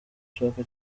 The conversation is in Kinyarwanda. ashaka